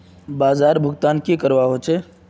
बाजार भुगतान की करवा होचे?